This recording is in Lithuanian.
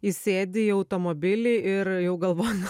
įsėdi į automobilį ir jau galvon